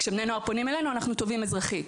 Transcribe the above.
כשבני נוער פונים אלינו אנחנו תובעים אזרחית.